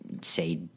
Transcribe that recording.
say